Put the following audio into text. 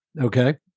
Okay